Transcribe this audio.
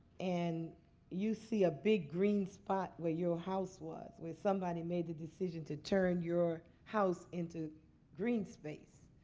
and you see a big green spot where your house was, where somebody made the decision to turn your house into green space.